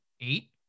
eight